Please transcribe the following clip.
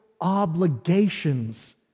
obligations